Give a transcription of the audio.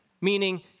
meaning